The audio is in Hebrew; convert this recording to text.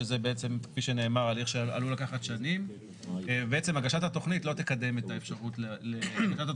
שזה הליך שעלול לקחת שנים ועצם הגשת התכנית לא תקדם את האפשרות לחבר.